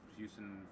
Houston